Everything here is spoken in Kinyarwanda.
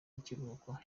ikiruhuko